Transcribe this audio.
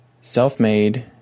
Self-made